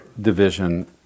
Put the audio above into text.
division